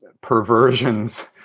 perversions